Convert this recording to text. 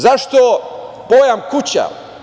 Zašto pojam kuća?